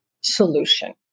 solution